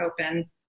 open